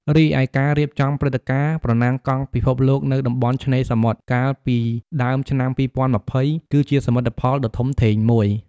រីឯ ការរៀបចំព្រឹត្តិការណ៍ «ប្រណាំងកង់ពិភពលោកនៅតំបន់ឆ្នេរសមុទ្រ» កាលពីដើមឆ្នាំ ២០២០ គឺជាសមិទ្ធផលដ៏ធំធេងមួយ។